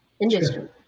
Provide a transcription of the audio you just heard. industry